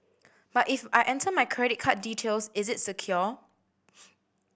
but if I enter my credit card details is it secure